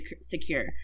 secure